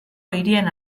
hirien